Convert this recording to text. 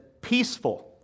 peaceful